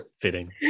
Fitting